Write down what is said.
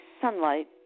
sunlight